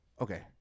Okay